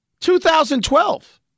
2012